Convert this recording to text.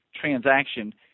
transaction